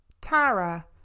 tara